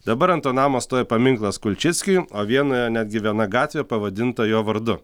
dabar ant to namo stovi paminklas kulčickiui o vienoje netgi viena gatvė pavadinta jo vardu